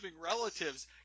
relatives